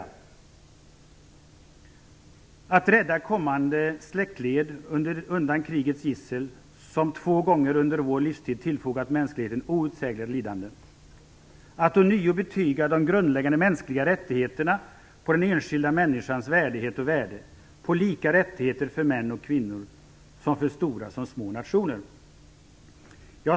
I stadgarna står det: "att rädda kommande släktled undan krigets gissel, som två gånger under vår livstid tillfogat mänskligheten outsägligt lidande, att ånyo betyga de grundläggande mänskliga rättigheterna, på den enskilda människans värdighet och värde, på lika rättigheter för män och kvinnor samt för stora små nationer".